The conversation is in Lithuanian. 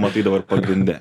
matai dabar pagrinde